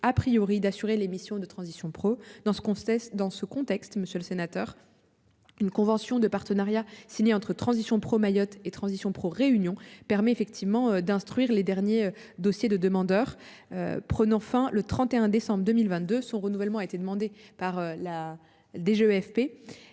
à priori d'assurer les missions de transition pro dans ce qu'on cesse dans ce contexte, Monsieur le Sénateur. Une convention de partenariat signé entre transition pro-Mayotte et transition pro-réunion permet effectivement d'instruire les derniers dossiers de demandeurs. Prenant fin le 31 décembre 2022 son renouvellement a été demandée par la des